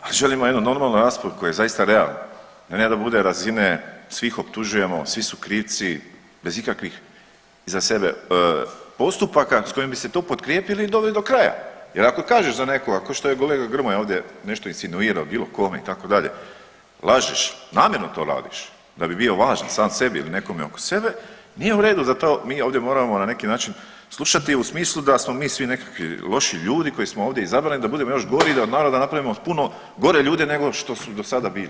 A želimo jednu normalnu raspravu koja je zaista realan, a ne da bude razine svi ih optužujemo svi su krivci, bez ikakvih iza sebe postupaka s kojim biste to potkrijepili i doveli do kraja jer ako kažeš za nekoga tko što je kolega Grmoja ovdje nešto insinuirao bilo kome itd., lažeš, namjerno to radiš da bi bio važan sam sebi ili nekome oko sebe nije u redu da to mi ovdje moramo na neki slušati u smislu da smo mi svi nekakvi loši ljudi koji smo ovdje izabrani, da budemo još gori i da od naroda napravimo puno gore ljude nego što su dosada bili.